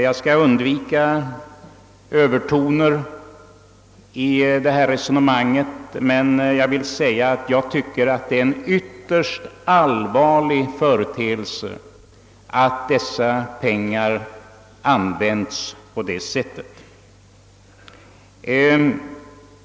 Jag skall undvika övertoner i detta resonemang, men jag vill ändå säga att jag tycker att det är en ytterst allvarlig företeelse att pengarna använts på detta sätt.